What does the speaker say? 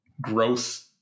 growth-